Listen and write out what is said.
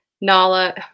Nala